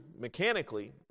mechanically